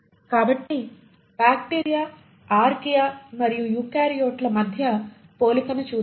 కాబట్టి bacteria archaea మరియు యూకారియోట్ల మధ్య పోలికను చూద్దాం